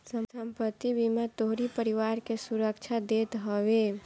संपत्ति बीमा तोहरी परिवार के सुरक्षा देत हवे